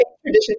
tradition